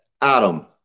Adam